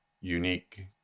unique